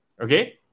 Okay